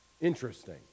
Interesting